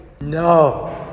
No